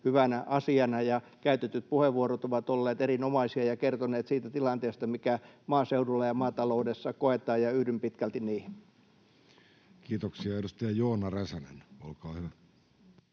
hyvänä asiana, ja käytetyt puheenvuorot ovat olleet erinomaisia ja kertoneet siitä tilanteesta, mikä maaseudulla ja maataloudessa koetaan, ja yhdyn pitkälti niihin. Kiitoksia. — Edustaja Joona Räsänen, olkaa hyvä.